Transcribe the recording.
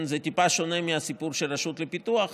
זה טיפה שונה מהסיפור של הרשות לפיתוח,